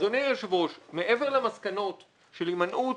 אדוני היושב ראש, מבר למסקנות של הימנעות